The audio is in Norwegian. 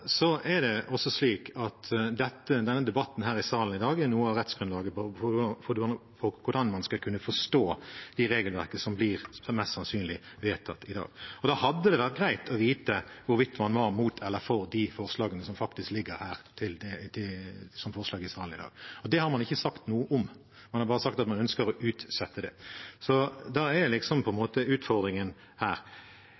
er denne debatten her i salen i dag noe av rettsgrunnlaget for hvordan man skal kunne forstå det regelverket som, mest sannsynlig, blir vedtatt i dag. Da hadde det vært greit å vite hvorvidt man var mot eller for det som ligger her som forslag i salen i dag. Det har man ikke sagt noe om, man har bare sagt at man ønsker å utsette det. Så det er på en